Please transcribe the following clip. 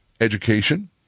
education